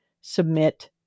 submit